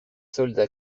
soldats